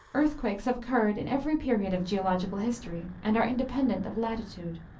earthquakes have occurred in every period of geological history, and are independent of latitude.